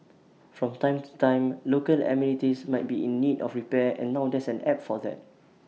from time to time local amenities might be in need of repair and now there's an app for that